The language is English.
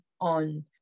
on